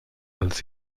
als